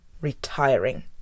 retiring